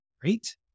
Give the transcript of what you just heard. great